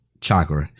chakra